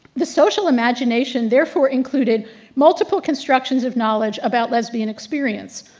the social imagination therefore included multiple constructions of knowledge about lesbian experience.